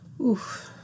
Oof